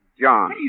John